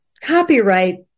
copyright